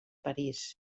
parís